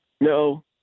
no